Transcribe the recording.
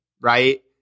right